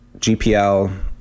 GPL